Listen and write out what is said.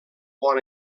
bon